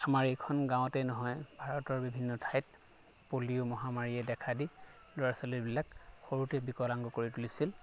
আমাৰ এইখন গাঁৱতেই নহয় ভাৰতৰ বিভিন্ন ঠাইত পলিঅ' মহামাৰীয়ে দেখা দি ল'ৰা ছোৱালীবিলাক সৰুতে বিকলাংঙ্গ কৰি তুলিছিল